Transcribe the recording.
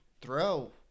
throw